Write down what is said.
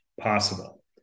possible